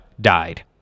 died